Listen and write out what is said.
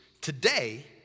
today